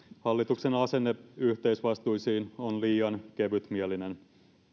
hallituksen asenne yhteisvastuisiin on liian kevytmielinen